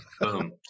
Boom